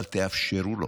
אבל תאפשרו לו.